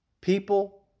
people